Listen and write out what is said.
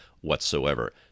whatsoever